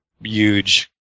huge